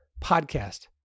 podcast